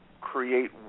create